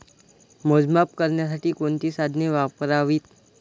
मोजमाप करण्यासाठी कोणती साधने वापरावीत?